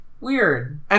Weird